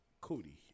Cootie